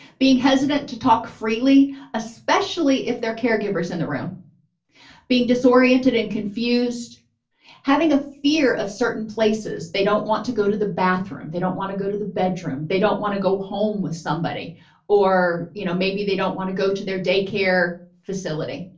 being hesitant to talk freely especially if their caregivers in the room being disoriented and confused having a fear of certain places they don't want to go to the bathroom they don't want to go to the bedroom they don't want to go home with somebody or you know maybe they don't want to go to their daycare facility